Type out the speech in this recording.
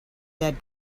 that